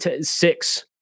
six